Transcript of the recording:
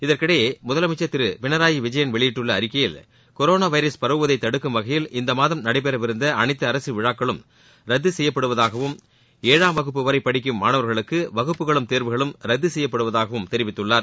இதறக்கிடைய முதலமைச்சர் திரு பினராயி விஜயன் வெளியிட்டுள்ள அறிக்கையில் கொரோனா வைரஸ் பரவுவதை தடுக்கும் வகையில் இந்த மாதம் நடைபெறவிருந்த அனைத்து அரசு விழாக்களும் ரத்து செய்யப்படுவதாகவும் ஏழாம் வகுப்பு வரை படிக்கும் மாணவர்களுக்கு வகுப்புகளும் தேர்வுகளும் ரத்து செய்யப்படுவதாகவும் தெரிவித்துள்ளார்